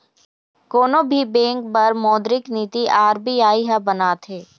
कोनो भी बेंक बर मोद्रिक नीति आर.बी.आई ह बनाथे